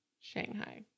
Shanghai